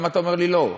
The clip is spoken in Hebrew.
למה אתה אומר לי לא?